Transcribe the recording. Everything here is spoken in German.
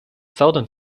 zaudern